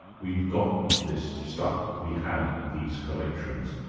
we've got this stuff we have these collections.